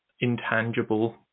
intangible